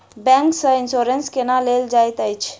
bank सँ insurance केना लेल जाइत अछि